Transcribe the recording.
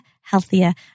healthier